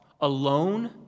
alone